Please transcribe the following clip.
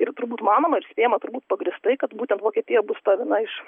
ir turbūt manoma ir spėjama turbūt pagrįstai kad būtent vokietija bus ta viena iš